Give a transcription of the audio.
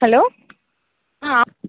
hello ஆ